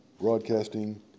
Broadcasting